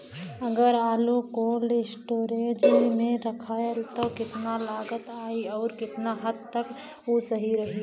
अगर आलू cold storage में रखायल त कितना लागत आई अउर कितना हद तक उ सही रही?